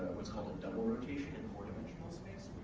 what's called double rotation in four-dimensional space.